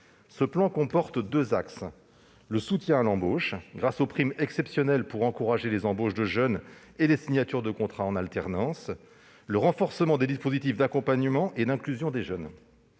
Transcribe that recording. Ce plan comporte deux axes : le soutien à l'embauche, grâce aux primes exceptionnelles pour encourager les embauches de jeunes et les signatures de contrat en alternance ; le renforcement des dispositifs d'accompagnement et d'inclusion des jeunes.